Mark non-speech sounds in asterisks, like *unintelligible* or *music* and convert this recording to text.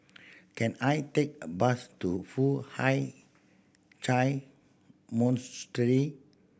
can I take a bus to Foo Hai *unintelligible* Monastery